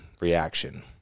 reaction